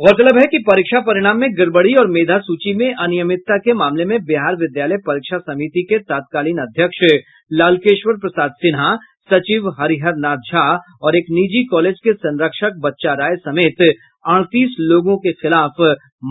गौरतलब है कि परीक्षा परिणाम में गड़बड़ी और मेधा सूची में अनियमितता के मामले में बिहार विद्यालय परीक्षा समिति के तत्कालीन अध्यक्ष लालकेश्वर प्रसाद सिन्हा सचिव हरिहर नाथ झा और एक निजी कॉलेज के संरक्षक बच्चा राय समेत अड़तीस लोगों के खिलाफ